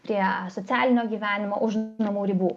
prie socialinio gyvenimo už namų ribų